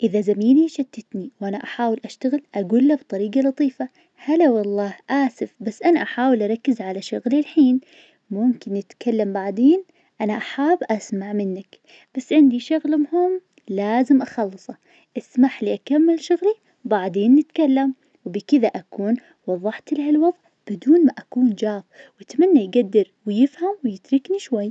إذا زميلي يشتتني وانا أحاول أشتغل, أقوله بطريقة لطيفة, هلا والله, آسف بس أنا أحاول أركز على شغلي الحين, ممكن نتكلم بعدين؟؟ أنا أحاب أسمع منك, بس عندي شغل مهم, لازم أخلصه, اسمح لي أكمل شغلي, بعدين نتكلم, بكذا أكون وضحت له الوضع, بدون ما أكون جاف, واتمنى يقدر ويفهم ويتركني شوي.